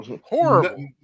horrible